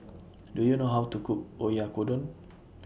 Do YOU know How to Cook Oyakodon